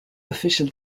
official